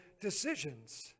decisions